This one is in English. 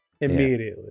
immediately